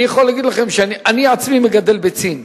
אני עצמי מגדל ביצים,